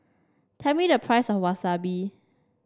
tell me the price of Wasabi